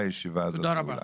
תודה רבה, הישיבה הזאת נעולה.